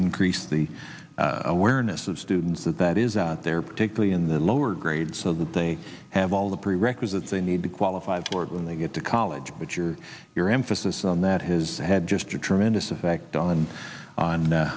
increase the awareness of students that that is out there particularly in the lower grades so that they have all the prerequisites they need to qualify for it when they get to college but you're your info system that his had just a tremendous effect on on